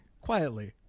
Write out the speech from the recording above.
quietly